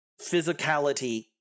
physicality